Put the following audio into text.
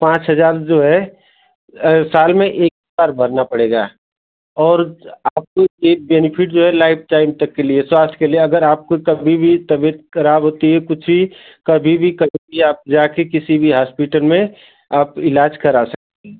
पाँच हज़ार जो है साल में एक बार भरना पड़ेगा और आपको एक बेनीफिट जो है लाइफ़टाइम तक के लिए स्वास्थ के लिए अगर आपको कभी भी तबियत खराब होती है कुछ ही कभी भी कहीं भी आप जाकर किसी भी हास्पिटल में आप इलाज करा सकते हैं